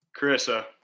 Carissa